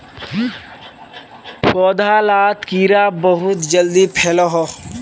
पौधा लात कीड़ा बहुत जल्दी फैलोह